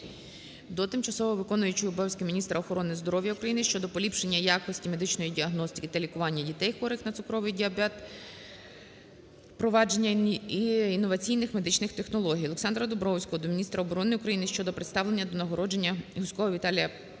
до тимчасово виконуючої обов'язки міністра охорони здоров'я України щодо поліпшення якості медичної діагностики та лікування дітей, хворих на цукровий діабет, впровадження інноваційних медичних технологій. Олександра Домбровського до міністра оборони України щодо представлення до нагородженняГуськова Віталія Павловича